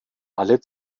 alle